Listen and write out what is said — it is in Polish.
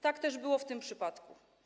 Tak też było w tym przypadku.